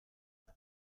nur